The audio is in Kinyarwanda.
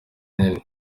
nini